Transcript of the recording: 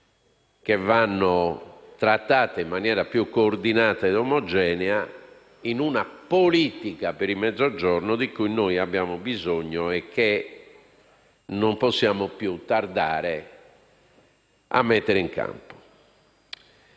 che vanno trattate in maniera più coordinata e omogenea in una politica per il Mezzogiorno di cui noi abbiamo bisogno e che non possiamo più tardare a mettere in campo.